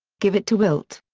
give it to wilt!